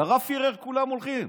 לרב פירר כולם הולכים,